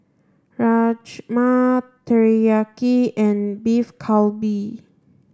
Rajma Teriyaki and Beef Galbi